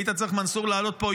היית צריך לעלות לפה,